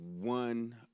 one